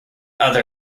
other